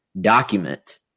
document